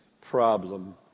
problem